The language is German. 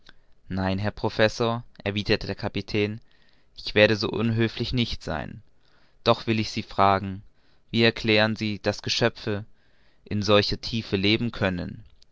nein herr professor erwiderte der kapitän ich werde so unhöflich nicht sein doch will ich sie fragen wie erklären sie daß geschöpfe in solchen tiefen leben können